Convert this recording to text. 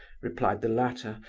replied the latter,